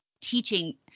teaching